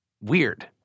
weird